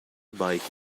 bike